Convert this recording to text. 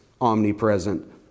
omnipresent